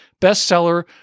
bestseller